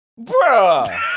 Bruh